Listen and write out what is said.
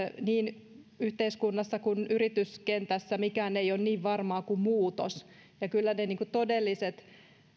niin ei yhteiskunnassa eikä yrityskentässäkään mikään ole niin varmaa kuin muutos ja kyllä ne todelliset